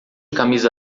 camisa